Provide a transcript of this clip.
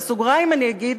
בסוגריים אני אגיד,